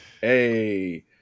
Hey